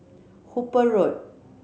Hooper Road